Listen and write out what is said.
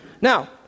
Now